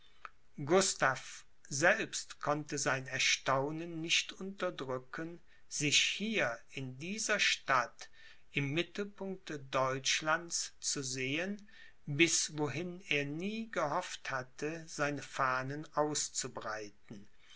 gustav selbst konnte sein erstaunen nicht unterdrücken sich hier in dieser stadt im mittelpunkte deutschlands zu sehen bis wohin er nie gehofft hatte seine fahnen auszubreiten